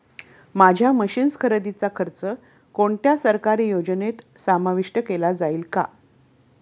माझ्या मशीन्स खरेदीचा खर्च कोणत्या सरकारी योजनेत समाविष्ट केला जाईल का?